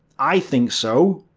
i think so.